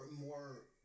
more